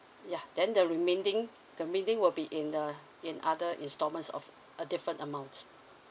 ya then the remaining the remaining will be in a in other installments of a different amount